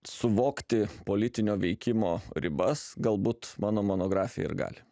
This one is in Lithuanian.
suvokti politinio veikimo ribas galbūt mano monografija ir gali